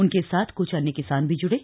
उनके साथ कुछ अन्य किसान भी जुड़े